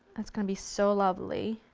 it's going to be so lovely.